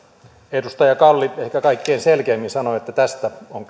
edustaja kalli ehkä kaikkein selkeimmin sanoi että tästä on